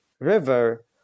River